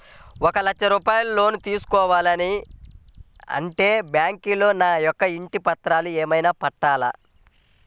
ఒక లక్ష రూపాయలు లోన్ తీసుకోవాలి అంటే బ్యాంకులో నా యొక్క ఇంటి పత్రాలు ఏమైనా పెట్టాలా?